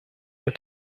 der